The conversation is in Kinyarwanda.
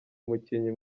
umukinnyi